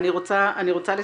אני רוצה לסכם.